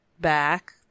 back